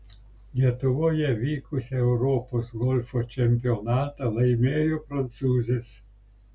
lietuvoje vykusį europos golfo čempionatą laimėjo prancūzės